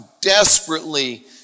desperately